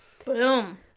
boom